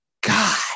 god